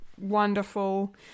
wonderful